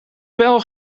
pijl